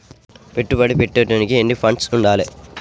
పెట్టుబడి పెట్టేటోనికి ఎన్ని ఫండ్స్ ఉండాలే?